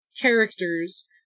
characters